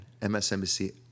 MSNBC